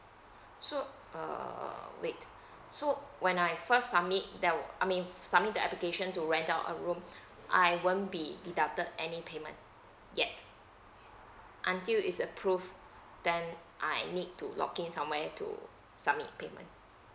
so err wait so when I first submit there will I mean submit the application to rent out a room I won't be deducted any payment yet until it's approve then I need to login somewhere to submit payment